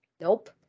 Nope